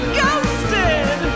ghosted